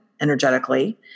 energetically